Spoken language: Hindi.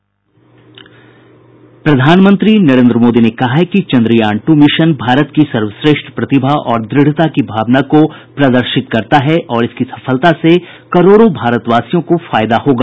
प्रधानमंत्री नरेन्द्र मोदी ने कहा है कि चंद्रयान टू मिशन भारत की सर्वश्रेष्ठ प्रतिभा और द्रढ़ता की भावना को प्रदर्शित करता है और इसकी सफलता से करोड़ों भारतवासियों को फायदा होगा